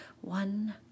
one